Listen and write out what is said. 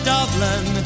Dublin